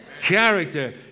Character